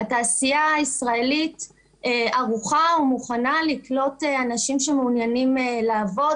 התעשייה הישראלית ערוכה ומוכנה לקלוט אנשים שמעוניינים לעבוד,